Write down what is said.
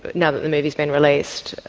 now that the movie has been released,